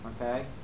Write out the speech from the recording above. Okay